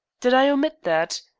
did i omit that?